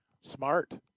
Smart